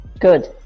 Good